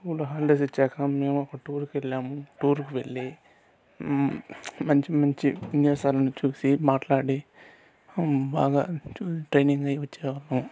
school holidays ఇచ్చాక మేము ఒక టూర్కి వెళ్ళాము టూర్కి వెళ్లి మంచి మంచి విన్యాసాలను చూసి మాట్లాడి బాగా ట్రైనింగ్ అయ్యి వచ్చాము